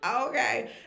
okay